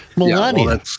Melania